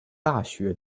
大学